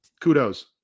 kudos